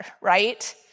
right